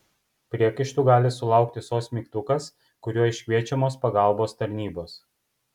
priekaištų gali sulaukti sos mygtukas kuriuo iškviečiamos pagalbos tarnybos